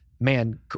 man